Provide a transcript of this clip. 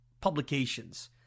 publications